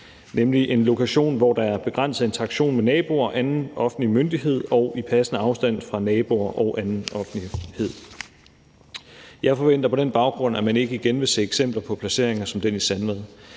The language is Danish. nemlig på en lokation, hvor der er begrænset interaktion med naboer og anden offentlig myndighed, og i passende afstand fra naboer og anden offentlighed. Jeg forventer på den baggrund, at man ikke igen vil se eksempler på placeringer som den i Sandvad.